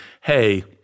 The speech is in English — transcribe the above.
hey